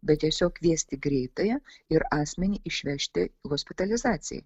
bet tiesiog kviesti greitąją ir asmenį išvežti hospitalizacijai